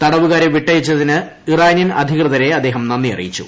തടവുകാരെ വിട്ടയച്ചതിന് ഇറാനിയൻ അധികൃതരെ അദ്ദേഹം നന്ദി അറിയിച്ചു